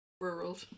Rural